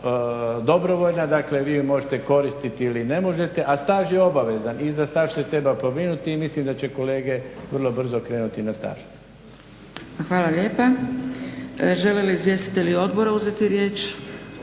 dobrovoljna, dakle vi je možete koristiti ili ne možete, a staž je obavezan i za staž se treba pobrinuti. I mislim da će kolege vrlo brzo krenuti na staž. **Zgrebec, Dragica (SDP)** Hvala lijepa. Žele li izvjestitelji odbora uzeti riječ?